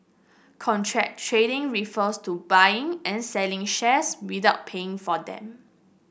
contra trading refers to buying and selling shares without paying for them